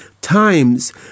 times